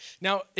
Now